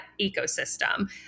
ecosystem